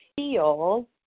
feel